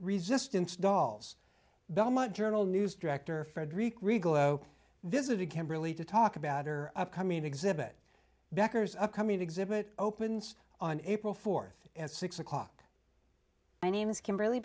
resistance dolls belmont journal news director frederick regal visited camberley to talk about her upcoming exhibit becker's upcoming exhibit opens on april th at six o'clock my name is kimberl